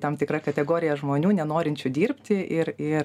tam tikra kategorija žmonių nenorinčių dirbti ir ir